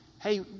hey